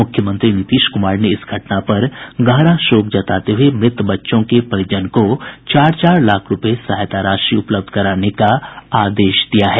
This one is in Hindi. मुख्यमंत्री नीतीश कुमार ने इस घटना पर गहरा शोक जताते हुये मृत बच्चों के परिजन को चार चार लाख रूपये सहायता राशि उपलब्ध कराने का आदेश दिया है